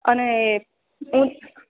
અને ઉન